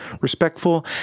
respectful